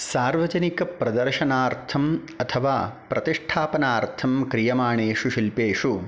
सार्वजनिकप्रदर्शनार्थम् अथवा प्रतिष्ठापनार्थं क्रियमाणेषु शिल्पेषु